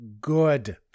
good